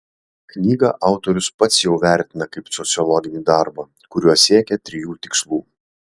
knygą autorius pats jau vertina kaip sociologinį darbą kuriuo siekė trijų tikslų